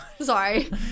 Sorry